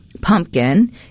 pumpkin